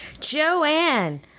Joanne